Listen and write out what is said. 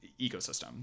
ecosystem